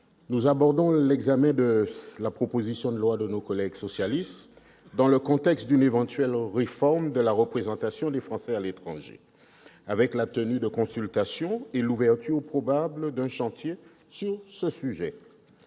nous abordons l'examen de la proposition de loi de nos collègues socialistes dans le contexte d'une éventuelle réforme de la représentation des Français de l'étranger, avec la tenue de consultations et l'ouverture probable d'un chantier sur ce sujet.